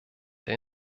der